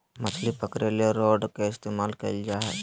मछली पकरे ले रॉड के इस्तमाल कइल जा हइ